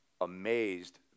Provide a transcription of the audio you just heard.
amazed